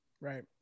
right